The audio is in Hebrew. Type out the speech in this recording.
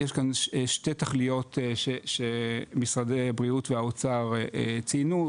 יש כאן שתי תכליות שמשרדי הבריאות והאוצר ציינו.